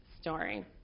story